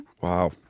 wow